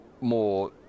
more